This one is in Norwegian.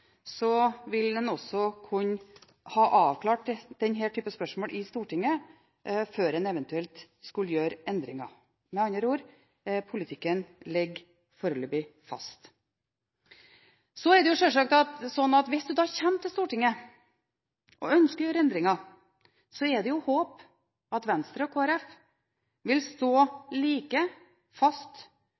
vil man også kunne ha avklart denne typen spørsmål i Stortinget før man eventuelt skulle gjøre endringer. Med andre ord ligger politikken foreløpig fast. Det er sjølsagt slik at hvis man kommer til Stortinget og ønsker å gjøre endringer, er det håp om at Venstre og Kristelig Folkeparti vil stå like fast